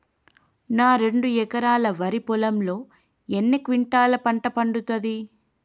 నా రెండు ఎకరాల వరి పొలంలో ఎన్ని క్వింటాలా పంట పండుతది?